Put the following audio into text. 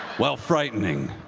while frightening,